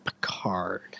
picard